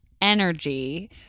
energy